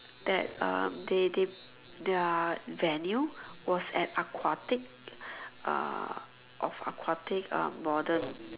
that um they they their venue was at aquatic uh of aquatic uh modern